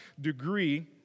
degree